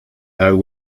though